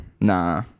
nah